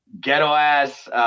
ghetto-ass